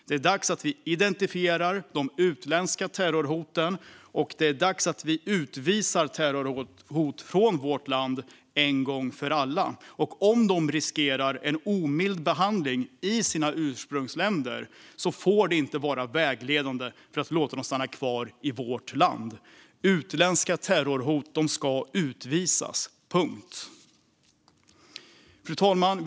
Det är dags att vi identifierar de utländska terrorhoten och utvisar personer som utgör terrorhot från vårt land en gång för alla. Om de riskerar en omild behandling i sina ursprungsländer får detta inte vara vägledande för att låta dem stanna kvar i vårt land. Utländska personer som utgör terrorhot ska utvisas, punkt. Fru talman!